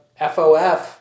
FOF